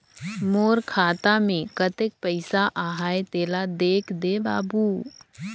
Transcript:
मोर खाता मे कतेक पइसा आहाय तेला देख दे बाबु?